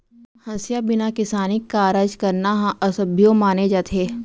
हँसिया बिना किसानी कारज करना ह असभ्यो माने जाथे